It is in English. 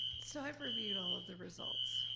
so i've reviewed all of the results.